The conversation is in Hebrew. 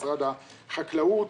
משרד החקלאות,